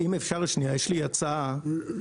סיימת?